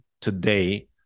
today